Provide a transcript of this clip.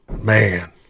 Man